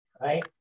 right